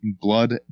blood